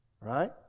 Right